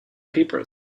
papers